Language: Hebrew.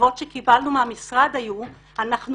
התשובות שקיבלנו מהמשרד היו: אנחנו